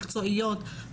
מקצועיות,